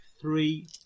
three